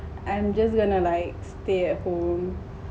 I'm just gonna like stay at home